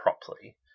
properly